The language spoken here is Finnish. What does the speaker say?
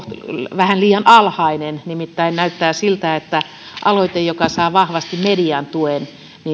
vähän liian alhainen nimittäin näyttää siltä että aloite joka saa vahvasti median tuen